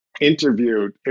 interviewed